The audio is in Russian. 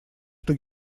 что